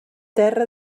terra